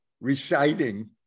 reciting